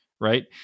right